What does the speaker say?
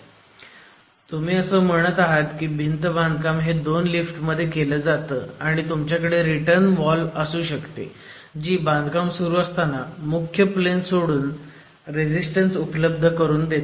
विद्यार्थी सर तुम्ही बनवू शकता का तुम्ही असं म्हणत आहात की भिंत भांधकाम हे दोन लिफ्ट मध्ये केलं जातं आणि तुमच्याकडे रिटर्न वॉल असू शकते जी बांधकाम सुरू असताना मुख्य प्लेन सोडून रेजिस्टन्स उपलब्ध करून देते